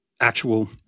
actual